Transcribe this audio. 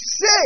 say